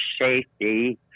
safety